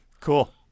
Cool